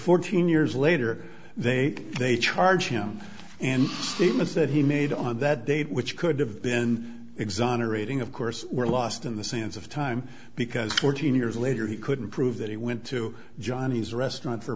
fourteen years later they they charge him and statements that he made on that date which could have been exonerating of course were lost in the sands of time because fourteen years later he couldn't prove that he went to johnny's restaurant for